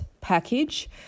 package